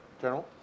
General